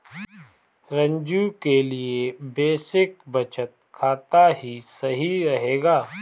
रंजू के लिए बेसिक बचत खाता ही सही रहेगा